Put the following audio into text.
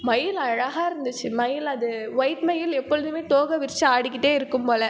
மயில் அழகாக இருந்துச்சு மயில் அது ஒயிட் மயில் எப்பொழுதுமே தோகை விரித்து ஆடிக்கிட்டே இருக்கும் போல்